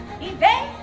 evade